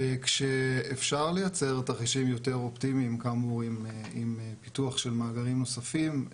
כשאפשר לייצר תרחישים יותר אופטימיים כאמור עם פיתוח של מאגרים נוספים,